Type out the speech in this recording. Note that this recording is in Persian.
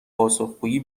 پاسخگویی